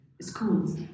schools